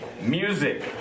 music